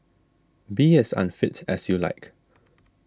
be as unfit as you like